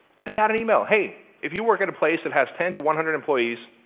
send out an email. hey, if you work at a place that has ten to one hundred employees